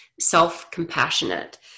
self-compassionate